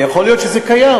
יכול להיות שזה קיים,